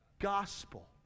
gospel